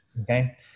Okay